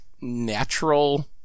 natural